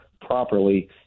properly